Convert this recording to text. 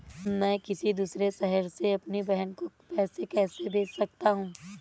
मैं किसी दूसरे शहर से अपनी बहन को पैसे कैसे भेज सकता हूँ?